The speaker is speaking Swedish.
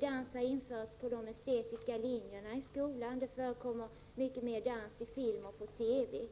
Dans har Om SESOUngen 5 införts på de estetiska linjerna i skolan, och det förekommer mycket mer pådjur ev kosmetiska dans på film och i TV.